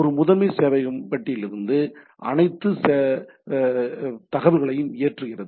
ஒரு முதன்மை சேவையகம் வட்டிலிருந்து அனைத்து தகவல்களையும் ஏற்றுகிறது